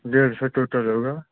डेढ़ सौ टोटल होगा